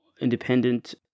independent